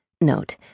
Note